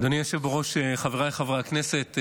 אדוני היושב בראש, חבריי חברי הכנסת,